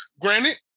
Granted